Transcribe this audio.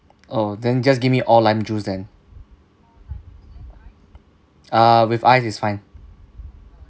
oh then just give me all lime juice then uh with ice is fine